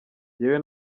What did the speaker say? njyewe